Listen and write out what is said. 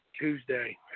Tuesday